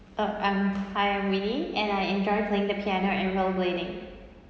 uh I'm hi winnie and I enjoy playing the piano and rollerblading